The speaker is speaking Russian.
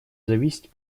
зависеть